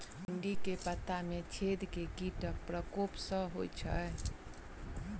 भिन्डी केँ पत्ता मे छेद केँ कीटक प्रकोप सऽ होइ छै?